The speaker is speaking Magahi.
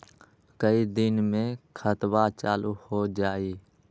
कई दिन मे खतबा चालु हो जाई?